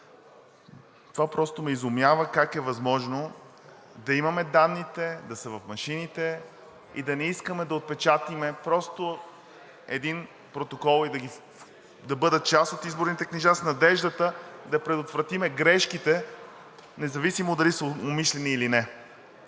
Това просто ме изумява как е възможно да имаме данните, да са в машините и да не искаме да отпечатаме един протокол, да бъде част от изборните книжа с надеждата да предотвратим грешките, независимо дали са умишлени, или не.